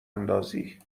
اندازی